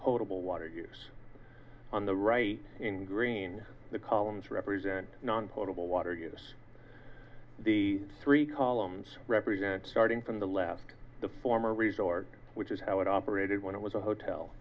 potable water use on the right in green the columns represent non potable water yes the three columns represent starting from the left the former resort which is how it operated when it was a hotel